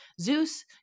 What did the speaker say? Zeus